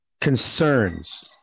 concerns